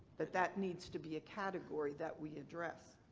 that that needs to be a category that we address.